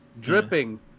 Dripping